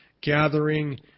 gathering